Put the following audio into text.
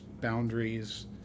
boundaries